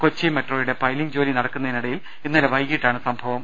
Kochi metro യുടെ piling ജോലി നടക്കുന്നതിനിടയിൽ ഇന്നലെ വൈകീട്ടാണ് സംഭവം